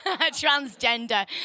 Transgender